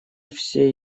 все